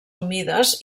humides